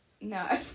No